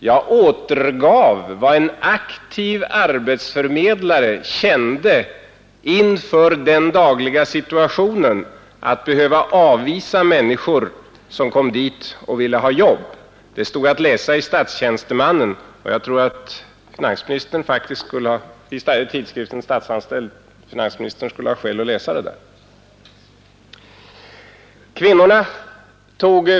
Jag återgav vad en aktiv arbetsförmedlare kände inför den dagliga situationen att behöva avvisa människor som kommer till förmedlingen och vill ha arbete. Det stod att läsa i tidskriften Statstjänstemannen. Jag tror att finansministern skulle ha skäl att läsa det.